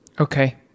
Okay